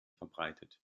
verbreitet